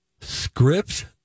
script